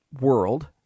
world